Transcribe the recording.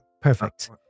Perfect